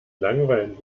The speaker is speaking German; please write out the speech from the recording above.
langweilen